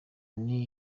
new